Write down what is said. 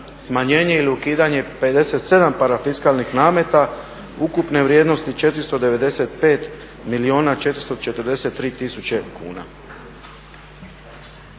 smanjenje ili ukidanje 57 parafiskalnih nameta ukupne vrijednosti 495 milijuna 443 tisuće kuna.